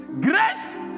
Grace